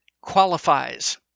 qualifies